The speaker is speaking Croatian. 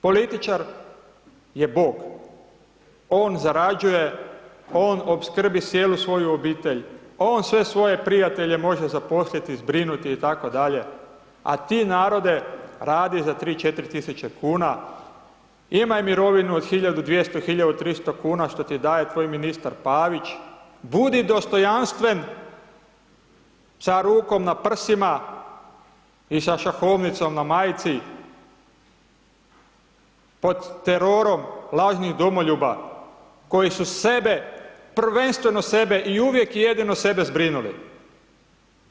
Političar je bog, on zarađuje, on opskrbi cijelu svoju obitelj, on sve svoje prijatelje može zaposliti, zbrinuti, i tako dalje, a ti narode radi za tri, četiri tisuće kuna, imaj mirovinu od 1200, 1300 kuna što ti daje tvoj ministar Pavić, budi dostojanstven sa rukom na prsima, i sa šahovnicom na majici pod terorom lažnih domoljuba koji su sebe, prvenstveno sebe, i uvijek i jedino sebe zbrinuli,